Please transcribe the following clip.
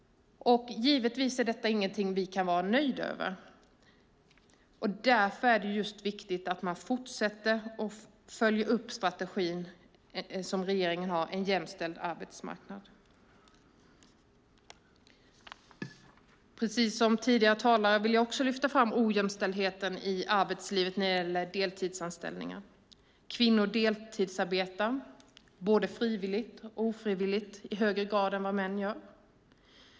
Givetvis är detta ingenting vi kan vara nöjda över. Därför är det viktigt att man fortsätter med och följer upp den strategi som regeringen har presenterat i En jämställd arbetsmarknad . Precis som tidigare talare vill jag lyfta fram ojämställdheten i arbetslivet när det gäller deltidsanställningar. Kvinnor deltidsarbetar både frivilligt och ofrivilligt i högre grad än vad män gör.